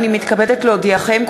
הנני מתכבדת להודיעכם,